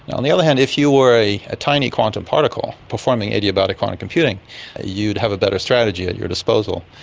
on the other hand, if you were a a tiny quantum particle performing adiabatic quantum computing you'd have a better strategy at your disposal.